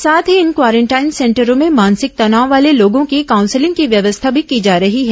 साथ ही इन क्वारेंटाइन सेंटरो ै में मानसिक तनाव वाले लोगों की काउंसिलिंग की व्यवस्था भी की जा रही है